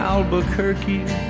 Albuquerque